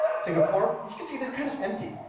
singapore. you can see, they're kind of empty.